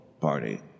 party